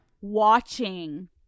watching